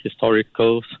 historicals